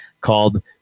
called